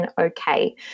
okay